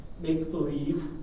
make-believe